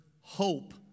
hope